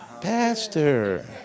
Pastor